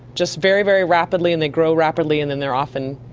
just very, very rapidly, and they grow rapidly and then they are off and,